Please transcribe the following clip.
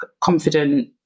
confident